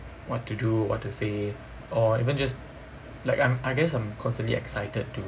what to do what to say or even just like I'm I guess I'm constantly excited to